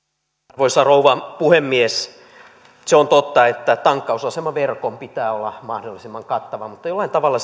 arvoisa rouva puhemies se on totta että tankkausasemaverkon pitää olla mahdollisimman kattava mutta jollain tavalla